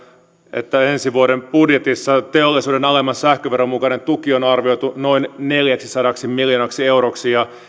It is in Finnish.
että ensi vuoden budjetissa teollisuuden alemman sähköveron mukainen tuki on arvioitu noin neljäksisadaksi miljoonaksi euroksi ja